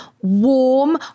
warm